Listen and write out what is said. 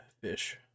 Fish